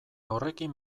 horrekin